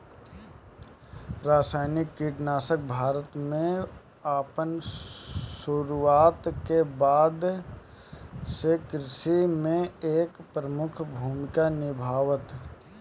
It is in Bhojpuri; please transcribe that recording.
रासायनिक कीटनाशक भारत में अपन शुरुआत के बाद से कृषि में एक प्रमुख भूमिका निभावता